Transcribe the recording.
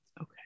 Okay